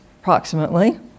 approximately